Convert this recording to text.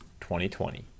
2020